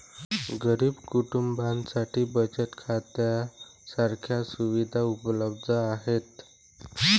गरीब कुटुंबांसाठी बचत खात्या सारख्या सुविधा उपलब्ध आहेत